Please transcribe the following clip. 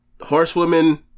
horsewomen